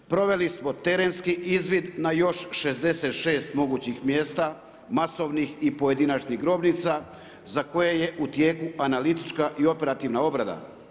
Proveli smo terenski izvid na još 66 mogućih mjesta, masovnih i pojedinačnih grobnica za koje je u tijeku analitička i operativna obrada.